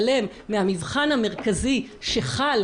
שנאמר במכתב בסעיף 31: גם טענתו של חבר הכנסת כץ שהחוק